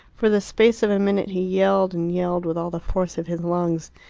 for the space of a minute he yelled and yelled with all the force of his lungs.